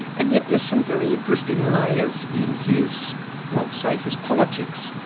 and yet there's some very interesting layers in his, well, say his politics.